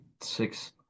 six